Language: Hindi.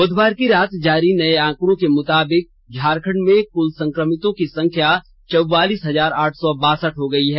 बुधवार की रात जारी नये आंकड़ों के मुताबिक झारखंड में कुल संक्रमितों की संख्या चौवालिस हजार आठ सौ बोसठ हो गयी है